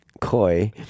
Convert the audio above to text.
coy